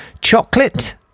chocolate